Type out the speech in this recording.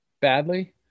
badly